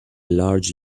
large